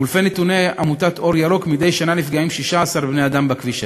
ולפי נתוני עמותת "אור ירוק" מדי שנה נפגעים 16 בני-אדם בכביש הזה.